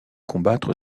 combattre